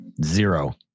Zero